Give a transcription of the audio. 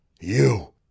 You